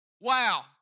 Wow